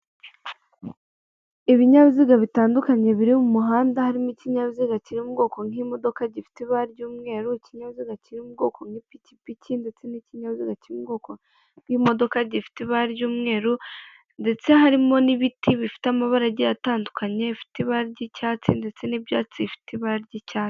Ibinyabiziga bitandukanye biri mu muhanda harimo ikinyabiziga kiri mu bwoko nk'imodoka gifite ibara ry'umweru, ikinyabiziga kiri mu bwoko bw'ipikipiki ndetse n'ikinyabiziga cy'ubwoko bw'imodoka gifite ibara ry'umweru, ndetse harimo n'ibiti bifite amabara agiye atandukanye bifite ibara ry'icyatsi ndetse n'ibyatsi bifite ibara ry'icyatsi.